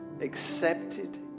accepted